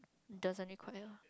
doesn't require